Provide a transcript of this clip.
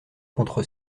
contre